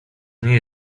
nie